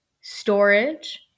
storage